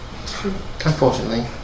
Unfortunately